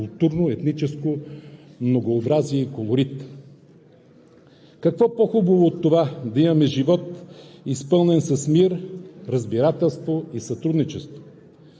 културно, етническо многообразие и колорит. Какво по-хубаво от това да имаме живот, изпълнен с мир, разбирателство и сътрудничество?!